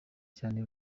cyane